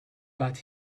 but